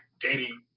dating